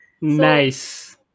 Nice